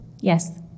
Yes